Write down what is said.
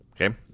Okay